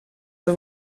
met